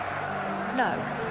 No